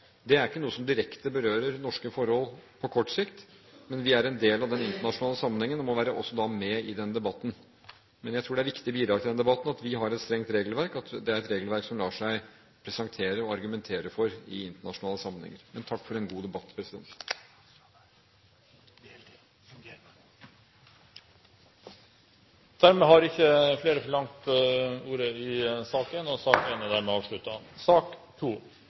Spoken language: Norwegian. Det er ikke noe som direkte berører norske forhold på kort sikt, men vi er en del av den internasjonale sammenhengen og må også være med i den debatten. Men jeg tror det er et viktig bidrag i den debatten at vi har et strengt regelverk, og at det er et regelverk som lar seg presentere og argumentere for i internasjonale sammenhenger. Takk for en god debatt! Dermed er debatten i sak nr. 1 avsluttet. Etter ønske fra kommunal- og